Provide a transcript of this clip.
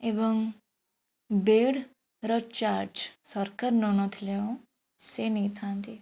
ଏବଂ ବେଡ଼୍ର ଚାର୍ଜ ସରକାର ନ ନେଉଥିଲେ ସେ ନେଇଥାନ୍ତି